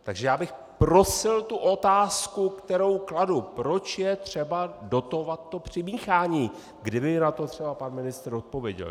Takže já bych prosil na tu otázku, kterou kladu, proč je třeba dotovat to přimíchání, kdyby mi třeba pan ministr odpověděl.